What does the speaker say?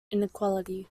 inequality